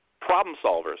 problem-solvers